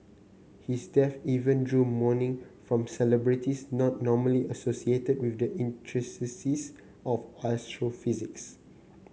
his death even drew mourning from celebrities not normally associated with the intricacies of astrophysics